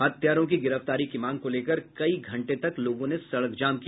हत्यारों की गिरफ्तारी की मांग को लेकर कई घंटे तक लोगों ने सड़क जाम किया